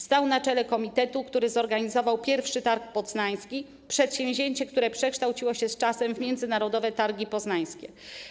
Stał na czele komitetu, który zorganizował I Targ Poznański - przedsięwzięcie, które przekształciło się z czasem w Międzynarodowe Targi Poznańskie.